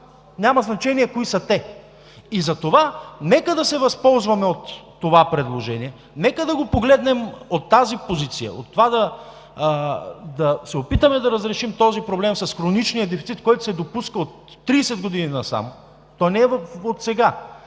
няма значение кои са те. И затова, нека да се възползваме от това предложение, нека да го погледнем от тази позиция, от това да се опитаме да разрешим този проблем с хроничния дефицит, който се допуска от 30 години насам, той не е отсега,